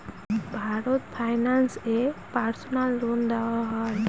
Bharat finance এ personal loan দেওয়া হয়?